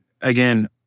again